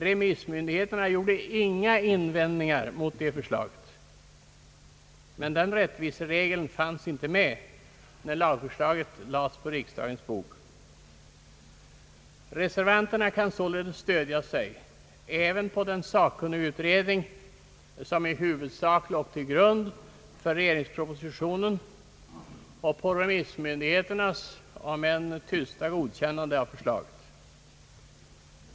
Remissmyndigheterna gjorde inga invändningar mot det förslaget, men den rättviseregeln fanns inte med när lagförslaget lades på riksdagens bord. Reservanterna kan således stödja sig även på den sakkunnigutredning som i huvudsak låg till grund för regeringspropositionen och på remissmyndigheternas — om än tysta — godkännande av förslaget.